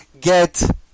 get